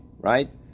right